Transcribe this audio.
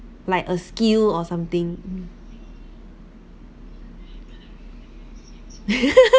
like a skill or something